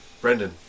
Brendan